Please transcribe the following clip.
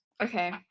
Okay